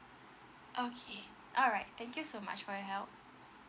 okay alright thank you so much for your help